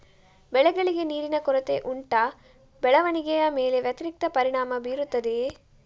ಬೆಳೆಗಳಿಗೆ ನೀರಿನ ಕೊರತೆ ಉಂಟಾ ಬೆಳವಣಿಗೆಯ ಮೇಲೆ ವ್ಯತಿರಿಕ್ತ ಪರಿಣಾಮಬೀರುತ್ತದೆಯೇ?